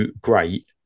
great